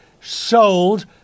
sold